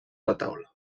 retaule